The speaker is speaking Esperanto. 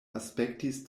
aspektis